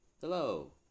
Hello